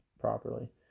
properly